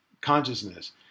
consciousness